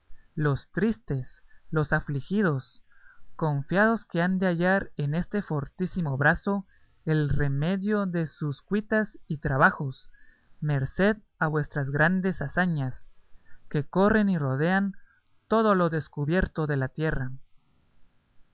los tristes los afligidos confiados que han de hallar en ese fortísimo brazo el remedio de sus cuitas y trabajos merced a vuestras grandes hazañas que corren y rodean todo lo descubierto de la tierra